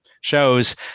shows